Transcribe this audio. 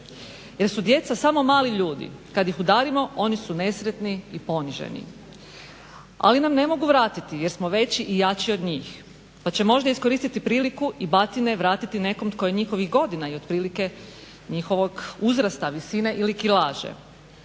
Jer su djeca samo mali ljudi, kad ih udarimo oni su nesretni i poniženi ali nam ne mogu vratiti jer smo veći i jači od njih, pa će možda iskoristiti priliku i batine vratiti nekome ko je njihovih godina i otprilike njihovog uzrasta, visine ili kilaže.